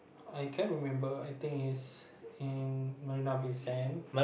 I can't remember I think is in Marina-Bay-Sands